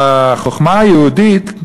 בחוכמה היהודית,